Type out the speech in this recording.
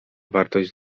wartość